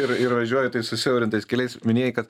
ir ir važiuoji tais susiaurintais keliais minėjai kad